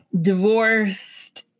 divorced